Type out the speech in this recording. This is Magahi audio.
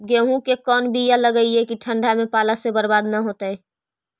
गेहूं के कोन बियाह लगइयै कि ठंडा में पाला से बरबाद न होतै?